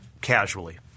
casually